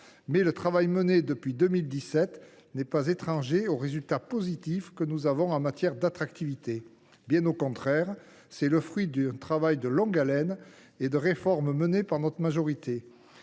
mais le travail accompli depuis 2017 n’est pas étranger aux résultats positifs que nous enregistrons en matière d’attractivité. Bien au contraire, ces résultats sont le fruit d’un travail de longue haleine et des réformes menées par la majorité